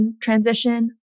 transition